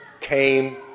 came